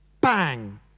bang